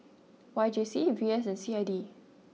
Y J C V S and C I D